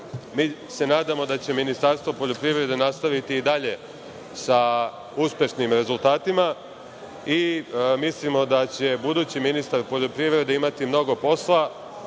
se nadamo da će Ministarstvo poljoprivrede nastaviti i dalje sa uspešnim rezultatima i mislimo da će budući ministar poljoprivrede imati mnogo posla